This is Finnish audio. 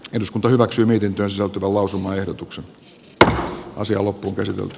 eduskunta hyväksyi mietintönsä lausumaehdotuksen jättää asiaa loppuunkäsitelty